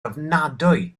ofnadwy